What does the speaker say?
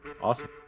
awesome